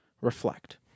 reflect